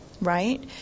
right